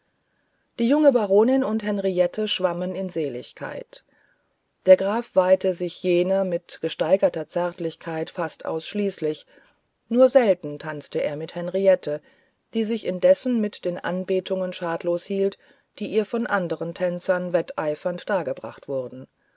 die junge baronin und henriette schwammen in seligkeit der graf weihte sich jener mit gesteigerter zärtlichkeit fast ausschließlich nur selten tanzte er mit henrietten die sich indessen mit den anbetungen schadlos hielt die ihr von anderen tänzern wetteifernd dargebracht wurden